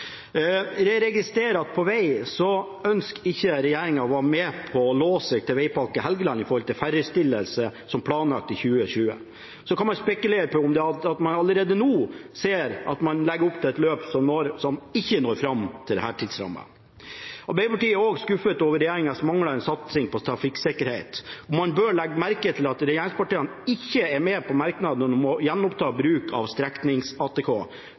Jeg registrerer at på veg ønsker ikke regjeringen å være med på å låse seg til Vegpakke Helgeland og ferdigstillelse som planlagt i 2020. Så kan man spekulere på om man allerede nå ser at man legger opp til et løp som ikke når fram til denne tidsrammen. Arbeiderpartiet er også skuffet over regjeringens manglende satsing på trafikksikkerhet, og man bør legge merke til at regjeringspartiene ikke er med på merknadene om å gjenoppta bruken av